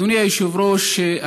אדוני היושב-ראש,